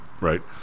right